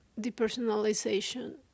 depersonalization